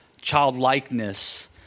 childlikeness